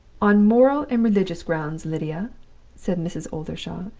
on moral and religious grounds, lydia said mrs. oldershaw,